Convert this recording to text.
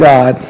God